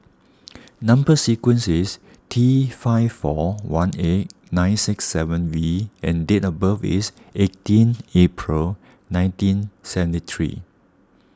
Number Sequence is T five four one eight nine six seven V and date of birth is eighteen April nineteen seventy three